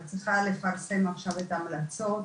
היא צריכה לפרסם עכשיו את ההמלצות.